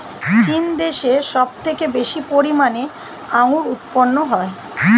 চীন দেশে সব থেকে বেশি পরিমাণে আঙ্গুর উৎপন্ন হয়